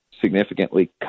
significantly